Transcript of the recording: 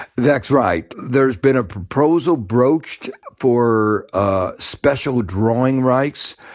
that's right. there's been a proposal broached for ah special drawing rights,